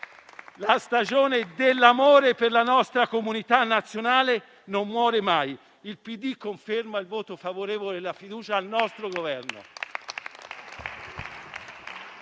La stagione dell'amore per la nostra comunità nazionale non muore mai. Il PD conferma il voto favorevole e la fiducia al nostro Governo.